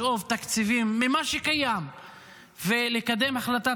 לשאוב תקציבים ממה שקיים ולקדם החלטת